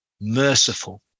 merciful